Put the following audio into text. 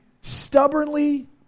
stubbornly